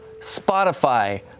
Spotify